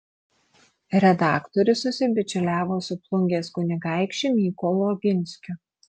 redaktorius susibičiuliavo su plungės kunigaikščiu mykolu oginskiu